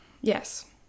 Yes